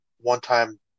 one-time